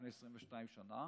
לפני 22 שנה,